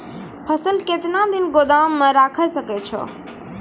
फसल केतना दिन गोदाम मे राखै सकै छौ?